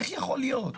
איך יכול להיות?